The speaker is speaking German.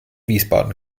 wiesbaden